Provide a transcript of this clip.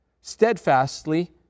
Steadfastly